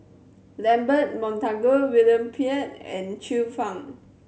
Lambert Montague William Pett and Xiu Fang